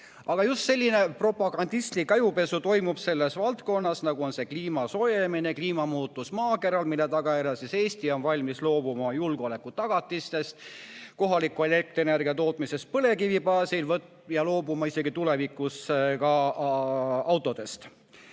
Aga just selline propagandistlik ajupesu toimub selles valdkonnas, nagu on see kliima soojenemine, kliimamuutus maakeral, mille tagajärjel Eesti on valmis loobuma oma julgeolekutagatistest, kohaliku elektrienergia tootmisest põlevkivi baasil ja tulevikus isegi